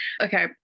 Okay